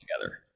together